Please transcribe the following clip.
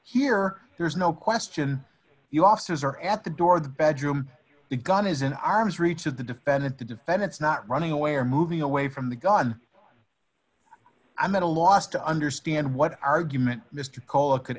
here there's no question you officer at the door of the bedroom the gun is an arm's reach of the defendant the defendant's not running away or moving away from the gone i'm at a loss to understand what argument mr cola could